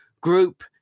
group